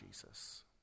Jesus